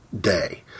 Day